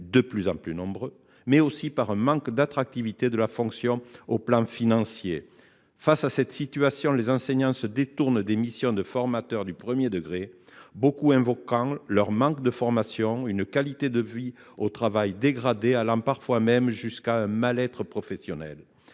de plus en plus nombreux, ainsi qu'à un manque d'attractivité financière du métier. Face à cette situation, les enseignants se détournent des missions de formateurs du premier degré, beaucoup invoquant leur manque de formation ou une qualité de vie au travail qui se dégrade, allant parfois jusqu'au mal-être professionnel.